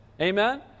Amen